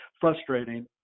frustrating